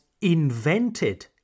invented